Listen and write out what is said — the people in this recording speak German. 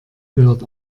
gehört